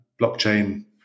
blockchain